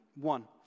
One